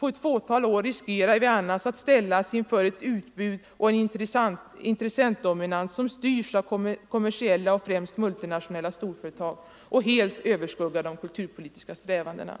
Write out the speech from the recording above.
Inom ett fåtal år riskerar vi annars att ställas inför ett utbud och en intressentdominans som styrs av kommersiella — främst multinationella —- storföretag och helt överskuggar de kulturpolitiska strävandena.